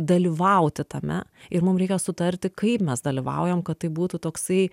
dalyvauti tame ir mum reikia sutarti kaip mes dalyvaujam kad tai būtų toksai